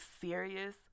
serious